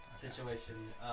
situation